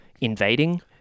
invading